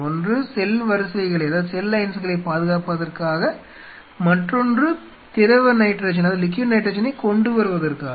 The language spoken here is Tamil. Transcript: ஒன்று செல் வரிசைகளை பாதுகாப்பதற்காக மற்றொன்று திரவ நைட்ரஜனைக் கொண்டுவருவதற்காக